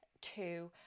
Two